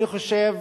אני חושב